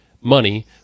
money